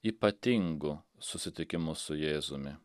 ypatingu susitikimu su jėzumi